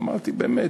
אמרתי: באמת,